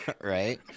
right